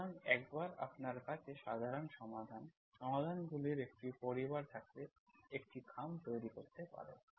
সুতরাং একবার আপনার কাছে সাধারণ সমাধান সমাধানগুলির একটি পরিবার থাকলে একটি খাম তৈরি করতে পারে